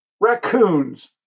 Raccoons